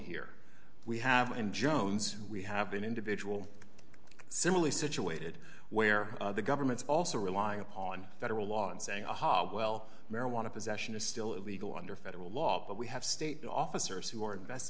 here we have in jones who we have been individual similarly situated where the government's also relying upon federal law and saying aha well marijuana possession is still illegal under federal law but we have state officers who are invest